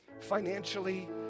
financially